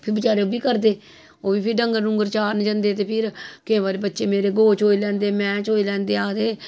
फिर बचैरे ओह् बी करदे ओह् बी डंगर डुगर चारन जंदे ते फिर केई बारी बच्चे मेरे गौ चोही लैंदे मैंह् चोही लैंदे आखदे